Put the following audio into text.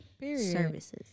services